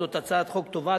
זאת הצעת חוק טובה.